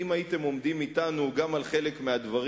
אם הייתם עומדים אתנו גם על חלק מהדברים